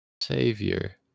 Savior